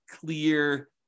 clear